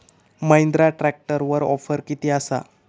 महिंद्रा ट्रॅकटरवर ऑफर किती आसा?